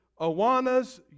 Awanas